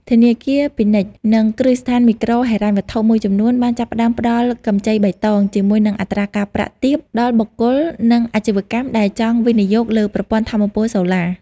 ធនាគារពាណិជ្ជ និងគ្រឹះស្ថានមីក្រូហិរញ្ញវត្ថុមួយចំនួនបានចាប់ផ្តើមផ្តល់កម្ចីបៃតង ជាមួយនឹងអត្រាការប្រាក់ទាបដល់បុគ្គល និងអាជីវកម្មដែលចង់វិនិយោគលើប្រព័ន្ធថាមពលសូឡា។